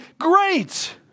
great